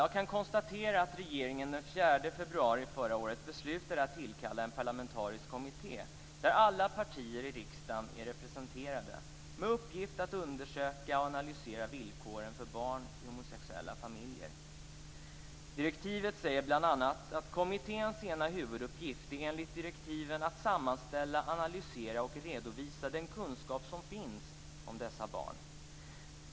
Jag kan konstatera att regeringen den 4 februari förra året beslutade att tillkalla en parlamentarisk kommitté där alla partier i riksdagen är representerade med uppgift att undersöka och analysera villkoren för barn i homosexuella familjer. I direktiven sägs det bl.a. att kommitténs ena huvuduppgift är att sammanställa, analysera och redovisa den kunskap som finns om dessa barn.